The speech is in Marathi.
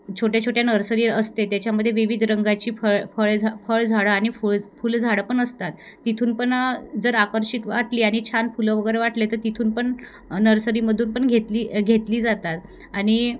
छोट्या छोट्या नर्सरी असते त्याच्यामध्ये विविध रंगाची फळ फळ झा फळझाडं आणि फुळ फुलझाडं पण असतात तिथून पण जर आकर्षित वाटली आणि छान फुलं वगैरे वाटले तर तिथून पण नर्सरीमधून पण घेतली घेतली जातात आणि